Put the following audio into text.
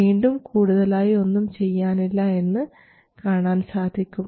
വീണ്ടും കൂടുതലായി ഒന്നും ചെയ്യാനില്ല എന്ന് കാണാൻ സാധിക്കും